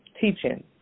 teaching